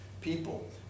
people